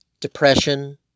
depression